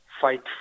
fight